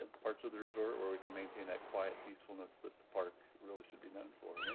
ah parts of the resort where we can maintain that quiet peacefulness that the park really should be known for. yeah